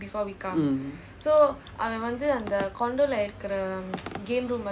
mm